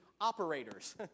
operators